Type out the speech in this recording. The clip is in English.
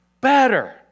better